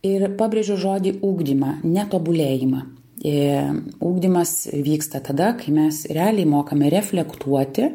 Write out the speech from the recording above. ir pabrėžė žodį ugdymą ne tobulėjimą ir ugdymas vyksta tada kai mes realiai mokame reflektuoti